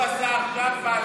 הוא פנה אליי.